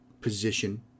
position